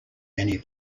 many